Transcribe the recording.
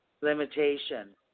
Limitation